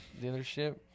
dealership